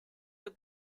have